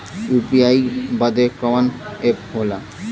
UPI बदे कवन app होला?